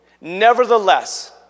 Nevertheless